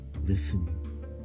Listen